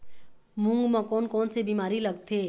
मूंग म कोन कोन से बीमारी लगथे?